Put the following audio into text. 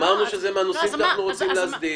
אמרנו שזה מהנושאים שאנחנו רוצים להסדיר.